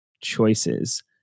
choices